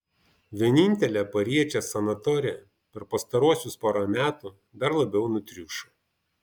vienintelė pariečės sanatorija per pastaruosius porą metų dar labiau nutriušo